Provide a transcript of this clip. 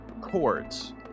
chords